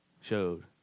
showed